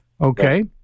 okay